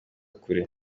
kure